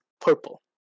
purple